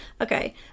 Okay